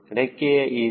ರೆಕ್ಕೆಯ a